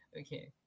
Okay